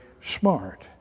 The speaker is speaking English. smart